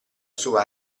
sua